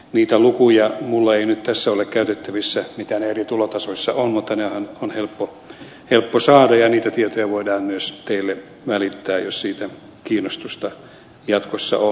niitä lukuja minulla ei nyt tässä ole käytettävissä mitä ne eri tulotasoissa ovat mutta nehän on helppo saada ja niitä tietoja voidaan myös teille välittää jos siihen kiinnostusta jatkossa on